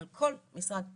על כל משרד ממשלתי,